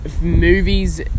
movies